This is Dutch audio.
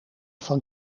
van